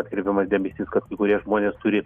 atkreipdamas dėmesys kad kai kurie žmonės turi